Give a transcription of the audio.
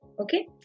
Okay